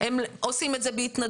הם עושים את זה בהתנדבות.